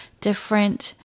different